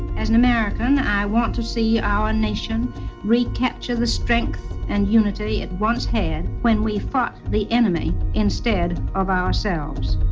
as an american, i want to see our nation recapture the strength and unity it once had when we fought the enemy instead of ourselves